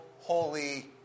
holy